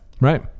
Right